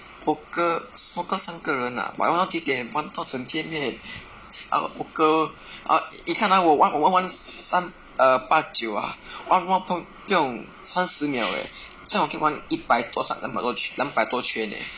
poker poker 三个人 ah but hor 玩到几点玩到整天 meh poker ah 你看 ah 我玩我玩玩三 err 八九 ah 玩 不用三十秒 eh 这样我可以玩一百多三两百多两百多圈 eh